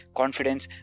confidence